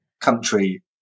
country